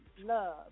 love